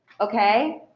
Okay